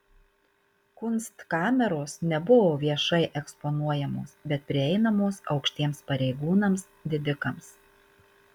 kunstkameros nebuvo viešai eksponuojamos bet prieinamos aukštiems pareigūnams didikams